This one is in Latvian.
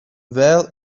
vēl